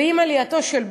ועם עלייתו של בגין,